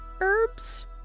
herbs